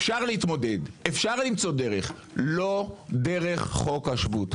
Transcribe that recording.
אפשר להתמודד, אפשר למצוא דרך, לא דרך חוק השבות.